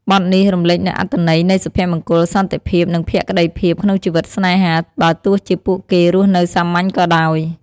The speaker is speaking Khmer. បទនេះរំលេចនូវអត្ថន័យនៃសុភមង្គល សន្តិភាព និងភក្តីភាពក្នុងជីវិតស្នេហា បើទោះជាពួកគេរស់នៅសាមញ្ញក៏ដោយ។